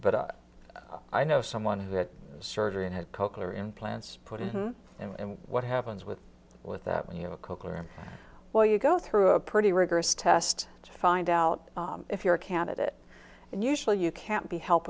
but i know someone who had surgery and had coker implants put in and what happens with with that when you know a cochlear well you go through a pretty rigorous test to find out if you're a candidate and usually you can't be helped